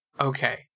Okay